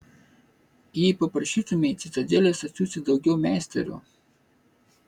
jei paprašytumei citadelės atsiųsti daugiau meisterių